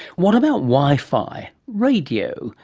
what about wifi, radio,